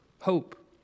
Hope